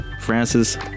Francis